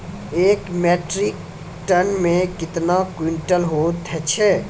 एक metric ton मे कतवा क्वींटल हैत छै?